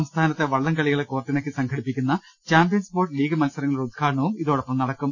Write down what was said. സംസ്ഥാനത്തെ വള്ളംകളികളെ കോർത്തിണക്കി സംഘടിപ്പിക്കുന്ന ചാമ്പ്യൻസ് ബോട്ട് ലീഗ് മത്സരങ്ങളുടെ ഉദ്ഘാടനവും ഇതോടപ്പ് നടക്കും